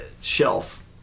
shelf